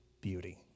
beauty